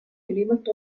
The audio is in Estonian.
ülimalt